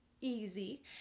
easy